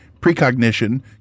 precognition